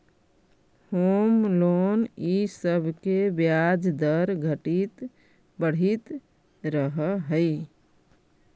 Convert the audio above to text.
home loan इ सब के ब्याज दर घटित बढ़ित रहऽ हई